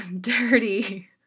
dirty